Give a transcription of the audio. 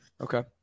Okay